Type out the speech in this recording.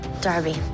Darby